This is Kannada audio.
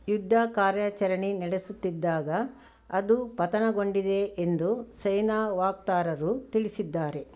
ಯುದ್ಧ ಕಾರ್ಯಾಚರಣೆ ನಡೆಸುತ್ತಿದ್ದಾಗ ಅದು ಪತನಗೊಂಡಿದೆ ಎಂದು ಸೇನಾ ವಕ್ತಾರರು ತಿಳಿಸಿದ್ದಾರೆ